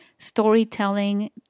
storytelling